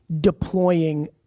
deploying